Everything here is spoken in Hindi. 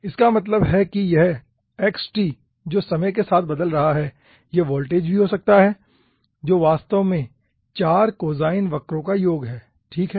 इसका मतलब है कि यह xt जो समय के साथ बदल रहा है यह वोल्टेज भी हो सकता है जो वास्तव में 4 कोसाइन वक्रों का योग है ठीक है